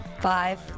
five